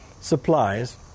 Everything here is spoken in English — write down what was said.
supplies